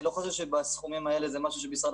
אני לא חושב שבסכומים האלה זה משהו שמשרד